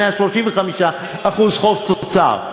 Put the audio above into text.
ב-135% חוב תוצר.